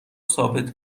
ثابت